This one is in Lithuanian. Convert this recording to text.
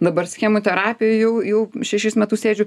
dabar schemų terapijoj jau jau šešis metus sėdžiu